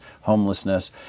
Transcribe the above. homelessness